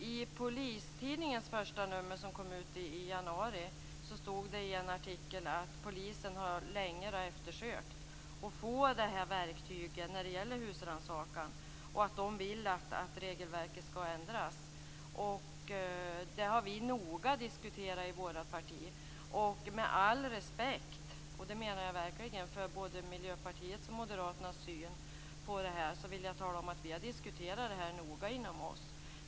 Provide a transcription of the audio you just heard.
I Polistidningens första nummer i januari stod det i en artikel att polisen länge har efterlyst detta verktyg när det gäller husrannsakan och vill att regelverket skall ändras. Det har vi noga diskuterat i vårt parti. Med all respekt för både Miljöpartiets och Moderaternas syn på detta - det menar jag verkligen - vill jag tala om att vi har diskuterat detta noga i vårt parti.